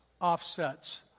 offsets